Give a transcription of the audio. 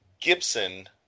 Gibson